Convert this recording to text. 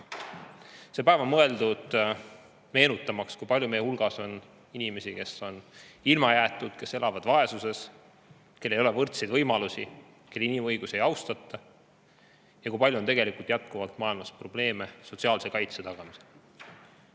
See päev on mõeldud meenutamaks, kui palju meie hulgas on inimesi, kes on millestki ilma jäetud, kes elavad vaesuses, kellel ei ole võrdseid võimalusi, kelle inimõigusi ei austata, ja kui palju on maailmas ikka veel probleeme sotsiaalse kaitse tagamisega.